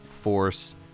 Force